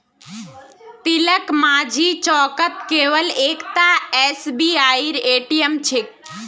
तिलकमाझी चौकत केवल एकता एसबीआईर ए.टी.एम छेक